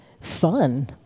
fun